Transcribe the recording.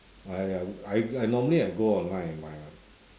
I uh I I normally I go online and buy [one]